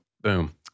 Boom